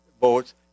votes